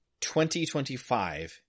2025